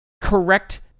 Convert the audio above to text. correct